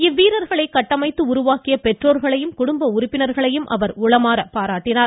இவ்வீரர்களை கட்டமைத்து உருவாக்கிய பெற்றோர்களையும் குடும்ப உறுப்பினர்களையும் அவர் உளமாற பாராட்டினார்